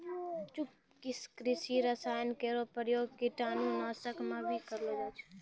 कृषि रसायन केरो प्रयोग कीटाणु नाशक म भी करलो जाय छै